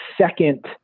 second